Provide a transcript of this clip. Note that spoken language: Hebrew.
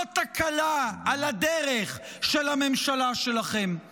לא תקלה של הממשלה שלכם על הדרך.